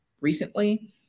recently